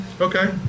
Okay